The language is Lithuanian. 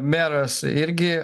meras irgi